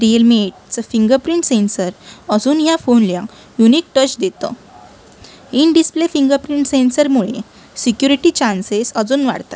Realme एटचं fingerprint sensor अजून या फोनला युनिक टच देतं इनडिस्प्ले फिंगरप्रिंट सेन्सरमुळे सिक्युरिटी चान्सेस अजून वाढतात